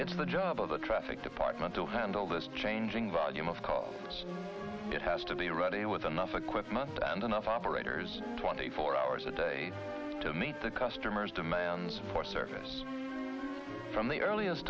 it's the job of the traffic department to handle this changing volume of call it has to be ready with enough equipment and enough operators twenty four hours a day to meet the customer's demands for service from the earliest